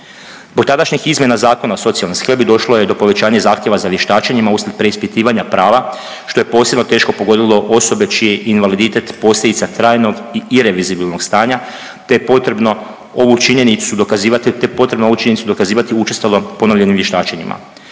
Zbog tadašnjih izmjena Zakona o socijalnoj skrbi došlo je do povećanja zahtjeva za vještačenjima uslijed preispitivanja prava što je posebno teško pogodilo osobe čiji je invaliditet posljedica trajnog i ireverzibilnog stanja te je potrebno ovu činjenicu dokazivati, te je potrebno ovu činjenicu